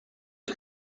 پسر